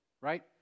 right